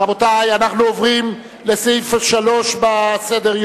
רבותי, אנחנו עוברים לסעיף 3 בסדר-היום: